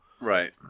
right